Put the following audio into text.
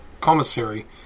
commissary